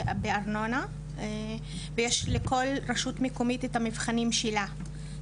בארנונה ויש לכל רשות מקומית את המבחנים שלה,